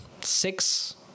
six